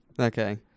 Okay